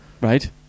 right